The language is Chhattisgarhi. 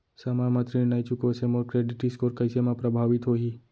समय म ऋण नई चुकोय से मोर क्रेडिट स्कोर कइसे म प्रभावित होही?